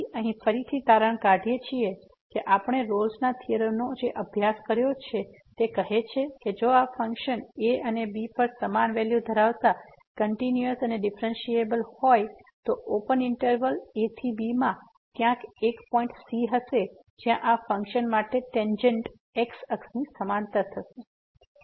તેથી અહીં ફરીથી તારણ કાઢીએ કે આપણે રોલ્સRolle'sના થીયોરમનો અભ્યાસ કર્યો છે જે કહે છે કે જો આ ફંક્શન a અને b પર સમાન વેલ્યુ ધરાવતા કંટીન્યુયસ અને ડિફ્રેન્સીએબલ હોય તો ઓપન ઈંટરવલ ab માં ક્યાંક એક પોઈન્ટ c હશે જ્યાં આ ફંક્શન માટે ટેંજેન્ટ x અક્ષની સમાંતર હશે